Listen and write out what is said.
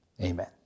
Amen